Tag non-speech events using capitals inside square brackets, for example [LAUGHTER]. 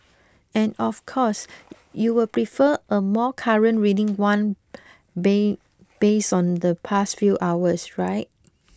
and of course you will prefer a more current reading than one [UNINTELLIGIBLE] based on the past few hours right